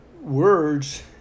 words